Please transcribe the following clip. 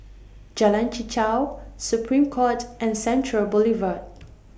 Jalan Chichau Supreme Court and Central Boulevard